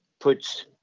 puts